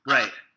Right